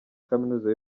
kaminuza